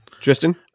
tristan